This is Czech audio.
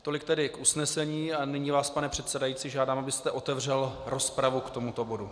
Tolik tedy k usnesení a nyní vás, pane předsedající, žádám, abyste otevřel rozpravu k tomuto bodu.